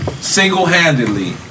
single-handedly